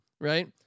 Right